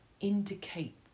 indicate